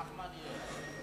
נחמן יהיה.